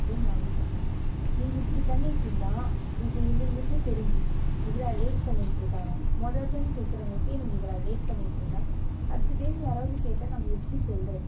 அப்படீன்னு நாங்கள் சொன்னோம் நீங்கள் இப்படி பண்ணிட்டிருந்தா இப்போ இவங்களுக்கே தெரிஞ்சிருச்சு இவ்வளோ லேட் பண்ணிகிட்ருக்காங்கனு மொதல் டைம் கேட்குறவுங்களுக்கே நீங்கள் இவ்வளோ லேட் பண்ணிகிட்ருந்தா அடுத்த டைம் யாரவது கேட்டால் நாங்கள் எப்படி சொல்வது